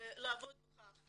לעבוד בכך.